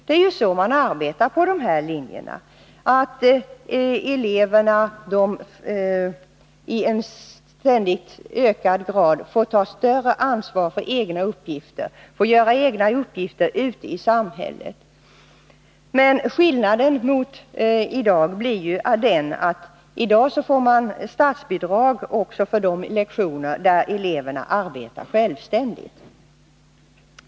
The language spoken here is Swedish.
Det är ju så man arbetar på de här linjerna. Eleverna får ta allt större ansvar för egna uppgifter och bedriva egna studier ute i samhället. Skillnaden är att i dag får man statsbidrag även för de lektioner där eleverna arbetar självständigt.